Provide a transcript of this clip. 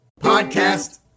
Podcast